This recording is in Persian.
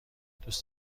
دوست